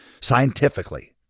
Scientifically